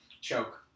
choke